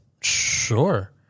Sure